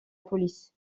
police